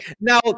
now